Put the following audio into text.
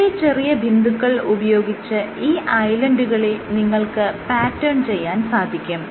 വളരെ ചെറിയ ബിന്ദുക്കൾ ഉപയോഗിച്ച് ഈ ഐലൻഡുകളെ നിങ്ങൾക്ക് പാറ്റേൺ ചെയ്യാൻ സാധിക്കും